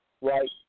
Right